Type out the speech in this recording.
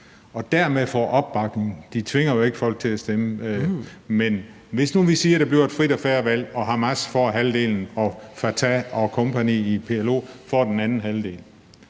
Dermed får de opbakning. De tvinger jo ikke folk til at stemme. Men hvis nu vi siger, at der bliver et frit og fair valg, og hvis Hamas får halvdelen og Fatah og kompagni i PLO får den anden halvdel